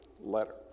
letter